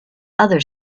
other